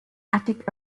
attic